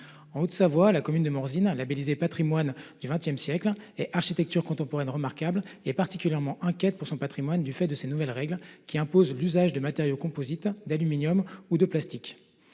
En Haute Savoie, la commune de Morzine, labellisée « Patrimoine du XX siècle » et « Architecture contemporaine remarquable », est particulièrement inquiète des conséquences, pour son patrimoine, de ces nouvelles règles, qui imposent l’usage de matériaux composites, d’aluminium ou de plastique.